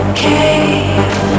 cave